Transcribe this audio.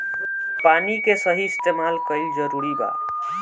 पानी के सही इस्तेमाल कइल जरूरी बा